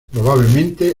probablemente